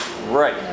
Right